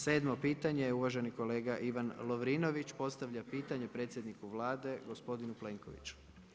Sedmo pitanje je uvaženi kolega Ivan Lovrinović, postavlja pitanje predsjedniku Vlade, gospodinu Plenkoviću.